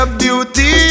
beauty